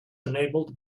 enabled